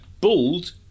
bald